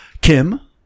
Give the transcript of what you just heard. Kim